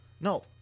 No